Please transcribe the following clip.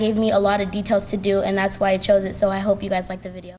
gave me a lot of details to do and that's why i chose it so i hope you guys like the video